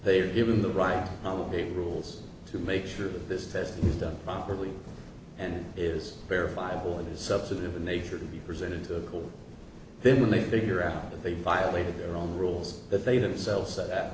they were given the right eye will be rules to make sure that this testing is done properly and is verifiable substantive in nature to be presented to them when they figure out that they violated their own rules if they themselves that